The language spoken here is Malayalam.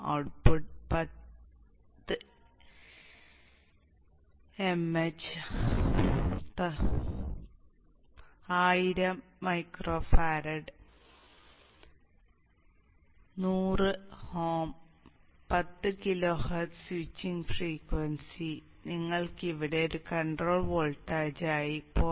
ഔട്ട്പുട്ടിൽ 10 mH 1000 μF 100Ω 10 kHz switching frequency നിങ്ങൾക്ക് ഇവിടെ ഒരു കൺട്രോൾ വോൾട്ടേജായി 0